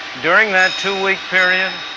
during that two-week period,